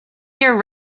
year